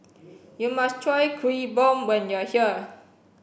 you must try Kuih Bom when you are here